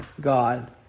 God